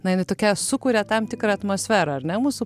na jinai tokia sukuria tam tikrą atmosferą ar ne mūsų